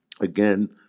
again